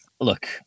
look